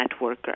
networker